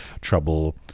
trouble